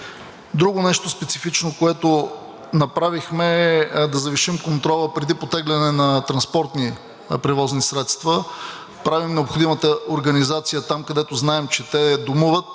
Друго нещо специфично, което направихме, е да завишим контрола преди потегляне на транспортни превозни средства. Правим необходимата организация там, където знаем, че те домуват